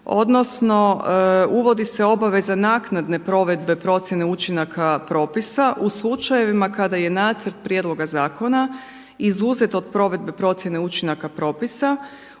odnosno uvodi se obaveza naknadne provedbe procjene učinaka propisa u slučajevima kada je nacrt prijedloga zakona izuzet od provedbe procjene učinaka propisa ukoliko